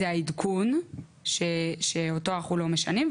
זה העדכון שאותו אנחנו לא משנים,